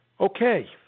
Okay